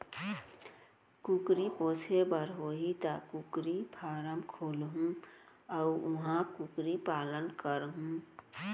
कुकरी पोसे बर होही त कुकरी फारम खोलहूं अउ उहॉं कुकरी पालन करहूँ